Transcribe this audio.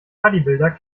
bodybuilder